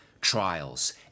trials